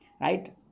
right